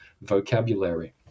vocabulary